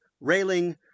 railing